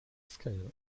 scale